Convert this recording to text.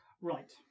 Right